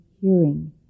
hearing